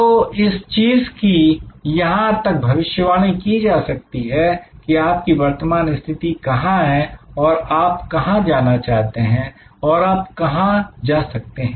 तो इस चीज की यहां तक भविष्यवाणी की जा सकती है कि आप की वर्तमान स्थिति कहां है और आप कहां जाना चाहते हैं और आप कहां जा सकते हैं